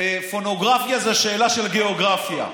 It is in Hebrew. פורנוגרפיה זו שאלה של גיאוגרפיה.